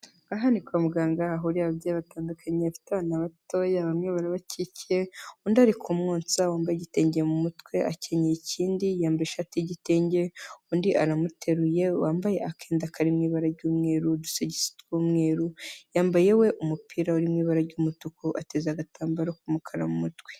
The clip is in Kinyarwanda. Aha ni kwa muganga hahurira ababyeyi batandukanye bafite abana batoya bamwe barabakiye undi ari kumwonsa wambaye igitenge mu mutwe akenye ikindi yambaye ishati y'igitenge undi aramuteruye wambaye akenda kari mu ibara ry'umweru , udusogisi tw'umweru yambaye we umupira uri mu ibara ry'umutuku ateze agatambaro k'umukara mu mutwe.